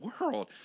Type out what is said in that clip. world